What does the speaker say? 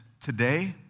today